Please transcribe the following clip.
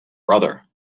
brother